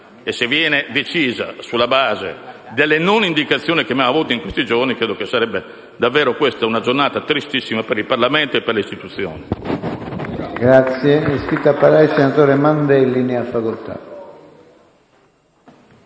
e se viene deciso sulla base delle non indicazioni che abbiamo avuto in questi giorni, credo che sarebbe davvero una giornata tristissima per il Parlamento e le istituzioni.